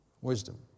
Wisdom